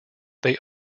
they